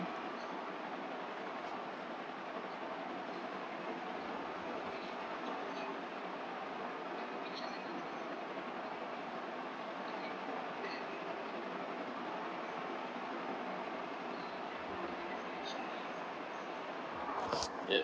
ya